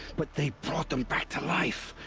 but they brought them back to life.